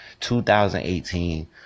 2018